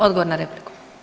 Odgovor na repliku.